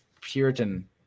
Puritan